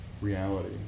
reality